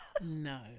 no